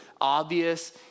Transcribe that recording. obvious